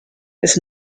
des